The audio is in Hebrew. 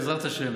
בעזרת השם,